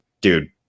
Dude